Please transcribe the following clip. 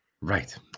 Right